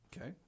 okay